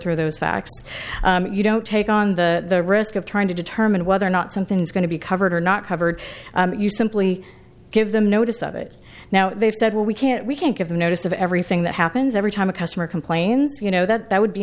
through those facts you don't take on the risk of trying to determine whether or not something is going to be covered or not covered you simply give them notice of it now they've said well we can't we can't give notice of everything that happens every time a customer complains you know that that would be